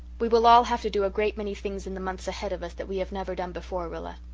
we will all have to do a great many things in the months ahead of us that we have never done before, rilla.